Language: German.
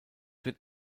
wird